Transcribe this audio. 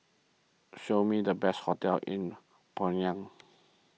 show me the best hotels in Pyongyang